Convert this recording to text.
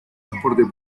transporte